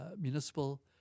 Municipal